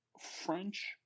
French